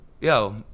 yo